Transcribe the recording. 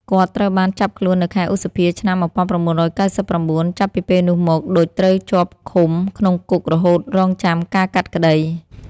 គាត់ត្រូវបាន ចាប់ខ្លួននៅខែឧសភា ឆ្នាំ១៩៩៩ចាប់ពីពេលនោះមក ឌុច ត្រូវជាប់ឃុំ ក្នុងគុករហូតរង់ចាំការកាត់ក្តី។